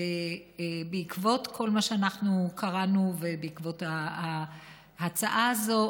ובעקבות כל מה שאנחנו קראנו ובעקבות ההצעה הזאת,